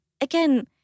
again